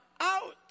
out